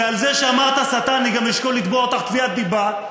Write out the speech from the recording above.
ועל זה שאמרת הסתה אני גם אשקול לתבוע אותך תביעת דיבה,